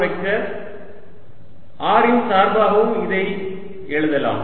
vector r இன் சார்பாகவும் இதை எழுதலாம்